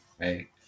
right